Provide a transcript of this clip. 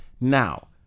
Now